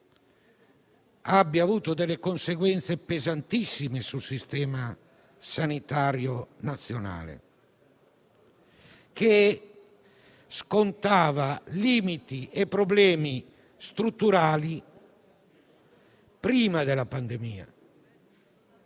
abbia avuto conseguenze pesantissime sul Sistema sanitario nazionale, che scontava limiti e problemi strutturali precedenti la pandemia